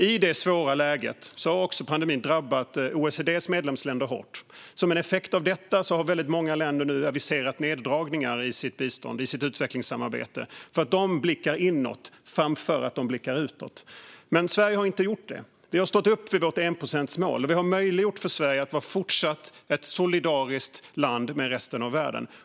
I det svåra läget har pandemin också drabbat OECD:s medlemsländer hårt. Som en effekt av detta har väldigt många länder nu aviserat neddragningar i sitt bistånd och utvecklingssamarbete. De blickar inåt i stället för att blicka utåt. Det gör inte Sverige. Vi har stått upp för vårt enprocentsmål, och vi har möjliggjort för Sverige att även fortsättningsvis vara solidariskt med resten av världen.